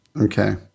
okay